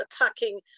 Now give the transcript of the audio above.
attacking